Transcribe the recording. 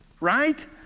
right